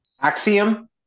Axiom